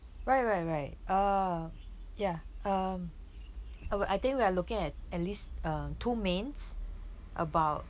right right right oh ya um I think we're looking at at least uh two mains about